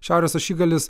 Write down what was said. šiaurės ašigalis